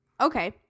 okay